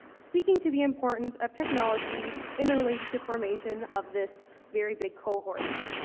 speaking to the importance of technology in the relationship formation of this very big cohort.